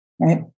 right